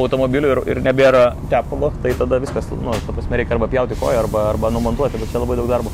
automobiliu ir ir nebėra tepalo tai tada viskas nu ta prasme reikia arba pjauti koją arba arba numontuoti bet čia labai daug darbo